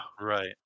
Right